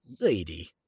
lady